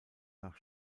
nach